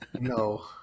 No